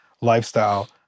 lifestyle